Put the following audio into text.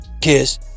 Kiss